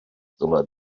dylai